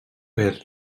per